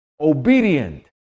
obedient